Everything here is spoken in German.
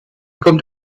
kommt